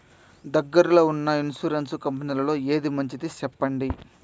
దగ్గర లో ఉన్న ఇన్సూరెన్సు కంపెనీలలో ఏది మంచిది? సెప్పండి?